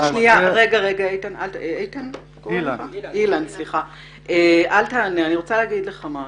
רגע אילן, אל תענה, אני רוצה להגיד לך משהו: